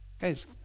guys